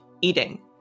eating